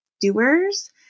doers